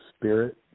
spirit